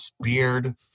beard